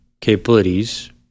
capabilities